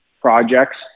projects